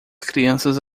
crianças